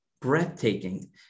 breathtaking